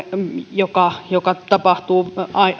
joka joka tapahtuu